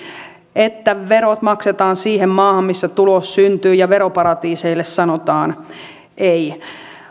että verot maksetaan siihen maahan missä tulos syntyy ja veroparatiiseille sanotaan ei